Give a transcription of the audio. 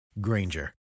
Granger